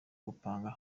gupanga